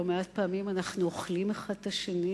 לא מעט פעמים אנחנו אוכלים אחד את השני,